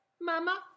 mama